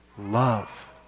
love